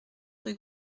rue